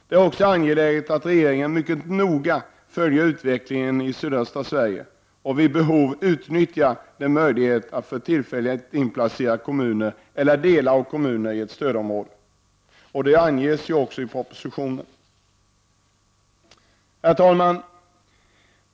Det är också angeläget att regeringen mycket noga följer utvecklingen i sydöstra Sverige och vid behov utnyttjar den möjlighet som anges i propositionen att tillfälligt inplacera kommuner eller delar av kommuner i stödområde. Herr talman!